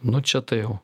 nu čia tai jau